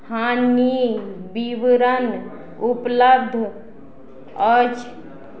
हानि विवरण उपलब्ध अछि